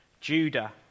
Judah